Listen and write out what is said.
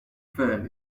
firm